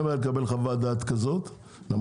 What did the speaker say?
אין בעיה לקבל חוות דעת כזאת,